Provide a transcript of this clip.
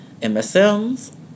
MSMs